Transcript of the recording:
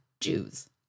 Jews